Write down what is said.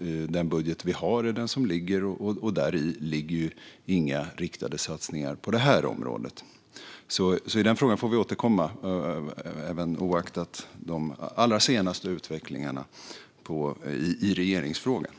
I den budget vi nu har ligger inga riktade satsningar på det här området. Vi får alltså återkomma i den frågan även oavsett de allra senaste utvecklingarna i regeringsfrågan.